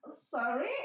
sorry